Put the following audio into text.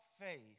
faith